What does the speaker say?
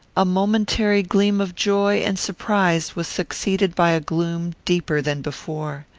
a momentary gleam of joy and surprise was succeeded by a gloom deeper than before.